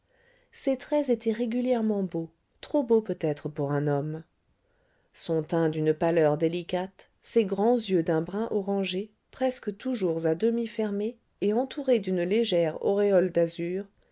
ses traits étaient régulièrement beaux trop beaux peut-être pour un homme son teint d'une pâleur délicate ses grands yeux d'un brun orangé presque toujours à demi fermés et entourés d'une légère auréole d'azur